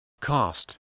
cost